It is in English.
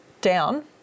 down